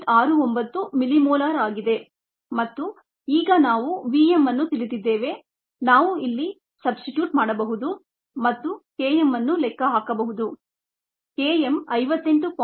69 millimolar ಆಗಿದೆ ಮತ್ತು ಈಗ ನಾವು v m ಅನ್ನು ತಿಳಿದಿದ್ದೇವೆ ನಾವು ಇಲ್ಲಿ ಸುಬ್ಸ್ಟಿಟ್ಯೂಟ್ ಮಾಡಬಹುದು ಮತ್ತು Km ಅನ್ನು ಲೆಕ್ಕ ಹಾಕಬಹುದು Km 58